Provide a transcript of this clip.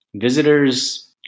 visitors